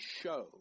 show